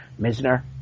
Misner